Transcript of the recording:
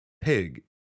pig